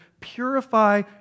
Purify